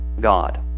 God